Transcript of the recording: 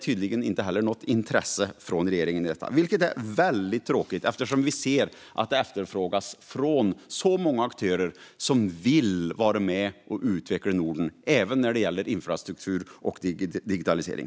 Tydligen finns det inget intresse för det i regeringen, vilket är väldigt tråkigt eftersom det efterfrågas av en mängd aktörer som vill vara med och utveckla Norden även när det gäller infrastruktur och digitalisering.